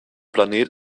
planet